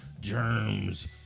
Germs